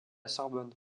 sorbonne